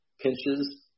pinches